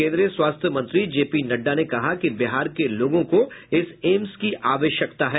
केंद्रीय स्वास्थ्य मंत्री जे पी नड्डा ने कहा कि बिहार के लोगों को इस एम्स की आवश्यकता है